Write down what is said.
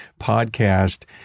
podcast